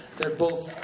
they're both,